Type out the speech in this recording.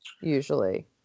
Usually